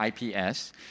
IPS